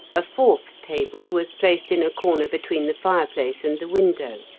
a fourth table was placed in a corner between the fireplace and the window.